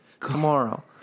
Tomorrow